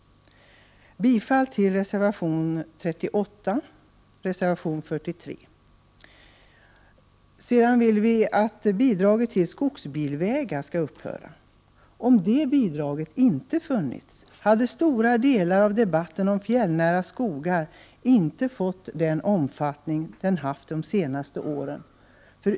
Bidraget till skogsbilvägar anser miljöpartiet skall upphöra. Om det bidraget inte funnits, hade stora delar av debatten om fjällnära skogar inte fått den omfattning den haft de senaste åren.